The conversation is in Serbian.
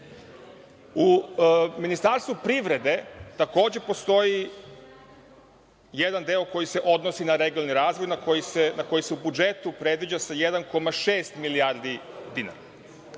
Ministarstvu privrede takođe postoji jedan deo koji se odnosi na regionalni razvoj na koji se u budžetu predviđa sa 1,6 milijardi dinara.